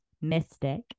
mystic